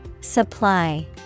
Supply